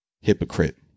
hypocrite